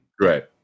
right